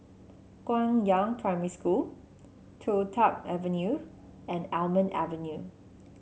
Guangyang Primary School Toh Tuck Avenue and Almond Avenue